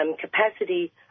capacity